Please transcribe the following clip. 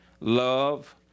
love